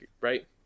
right